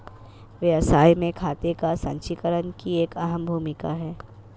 व्यवसाय में खाते का संचीकरण की एक अहम भूमिका है